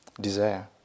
desire